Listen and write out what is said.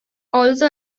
also